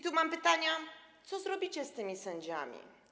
Tu mam pytanie, co zrobicie z tymi sędziami.